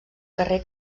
carrer